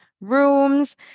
rooms